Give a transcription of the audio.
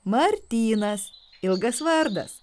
martynas ilgas vardas